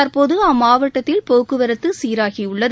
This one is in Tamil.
தற்போது அம்மாவட்டத்தில் போக்குவரத்து சீராகி உள்ளது